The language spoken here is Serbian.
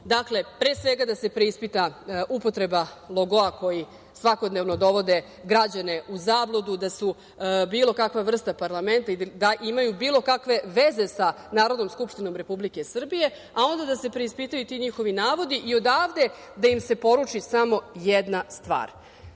nizu. Dakle, pre svega da se preispita upotreba logoa kojim svakodnevno dovode građane u zabludu da su bilo kakva vrsta parlamenta i da imaju bilo kakve veze sa Narodnom skupštinom Republike Srbije, a onda da se preispitaju ti njihovi navodi i odavde da im se poruči samo jedna stvar.